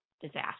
disaster